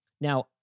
Now